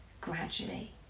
gradually